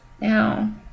Now